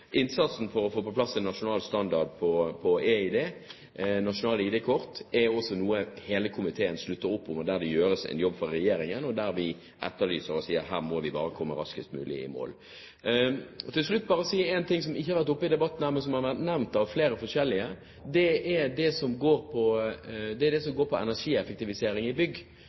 Innsatsen for å få på plass en nasjonal standard på e-ID, et nasjonalt ID-kort, er også noe hele komiteen slutter opp om. Der gjøres det en jobb fra regjeringen, og vi sier at her må vi bare komme raskest mulig i mål. Til slutt vil jeg bare si én ting som ikke har vært debattert her, men som har vært nevnt av flere forskjellige. Det er det som går på energieffektivisering i bygg. Der gjør Statsbygg en kjempejobb. Kommunalministeren har kommet med og fått på